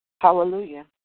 Hallelujah